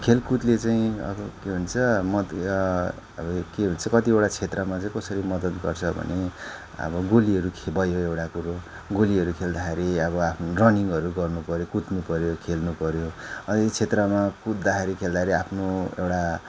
खेलकुदले चाहिँ अब के भन्छ म के भन्छ कतिवटा क्षेत्रमा चाहिँ कसरी मदत गर्छ भने अब गोलीहरू भयो एउटा कुरो गोलीहरू खेल्दाखेरि अब आफ्नो रनिङहरू गर्नु पर्यो कुद्नु पर्यो खेल्नु पर्यो अनि यी क्षेत्रमा कुद्दाखेरि खेल्दाखेरि आफ्नो एउटा